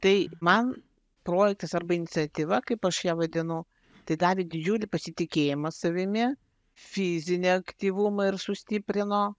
tai man projektas arba iniciatyva kaip aš ją vadinu tai davė didžiulį pasitikėjimą savimi fizinį aktyvumą ir sustiprino